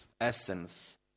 essence